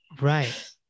right